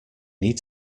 need